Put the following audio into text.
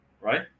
Right